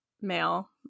male